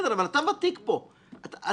בתוך עמנו אנחנו חיים.